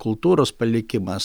kultūros palikimas